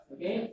Okay